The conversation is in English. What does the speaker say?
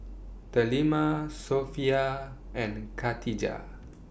Delima Sofea and Khatijah